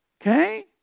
Okay